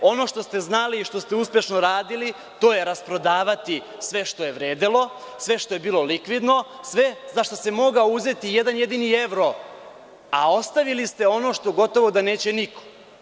Ono što ste znali i što ste uspešno radili to je rasprodavati sve što je vredelo, sve što je bilo likvidno, sve za šta se mogao uzeti jedan jedini evro, a ostavili ste ono što gotovo da neće niko.